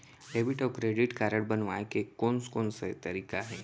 Debit अऊ credit card बनवाए के कोन कोन से तरीका हे?